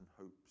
hopes